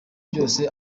byose